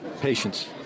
Patience